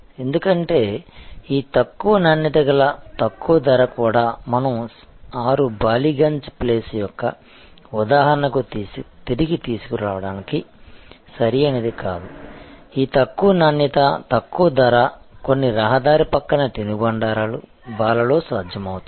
ఎందుకంటే ఈ తక్కువ నాణ్యత గల తక్కువ ధర కూడా మనం 6 బాలిగంజ్ ప్లేస్ యొక్క ఉదాహరణకి తిరిగి తీసుకోవడానికి సరి అయినది కాదు ఈ తక్కువ నాణ్యత తక్కువ ధర కొన్ని రహదారి పక్కన తినుబండారాలు బార్లలో సాధ్యమవుతుంది